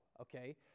Okay